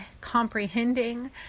comprehending